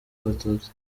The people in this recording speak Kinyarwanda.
abatutsi